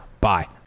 Bye